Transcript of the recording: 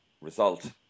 result